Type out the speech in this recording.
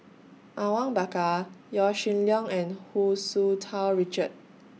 Awang Bakar Yaw Shin Leong and Hu Tsu Tau Richard